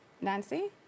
Nancy